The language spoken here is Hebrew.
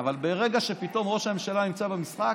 אבל ברגע שפתאום ראש הממשלה נמצא במשחק,